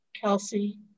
Kelsey